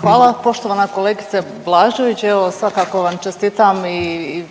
Hvala. Poštovana kolegice Blažević. Evo, svakako vam čestitam i